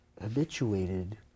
habituated